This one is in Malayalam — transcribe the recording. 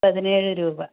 പതിനേഴു രൂപ